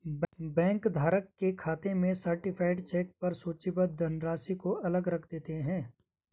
bank धारक के खाते में सर्टीफाइड चेक पर सूचीबद्ध धनराशि को अलग रख देते हैं